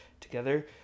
together